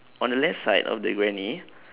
on the left side of the granny